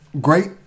great